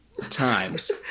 times